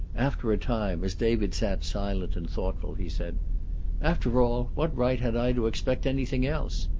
after a time, as david sat silent and thoughtful, he said after all, what right had i to expect anything else?